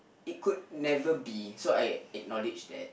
it could never be so I acknowledge that